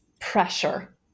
pressure